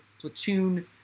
platoon